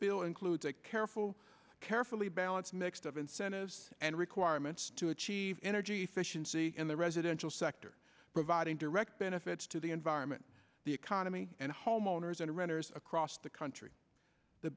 bill includes a careful carefully balanced mix of incentives and requirements to achieve energy efficiency in the residential sector providing direct benefits to the environment the economy and homeowners and renters across the country the